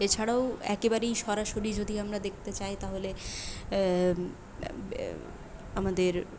এছাড়াও একেবারেই সরাসরি যদি আমরা দেখতে চাই তাহলে আমাদের